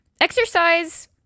Exercise